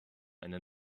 eine